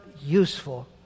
useful